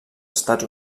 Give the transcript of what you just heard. estats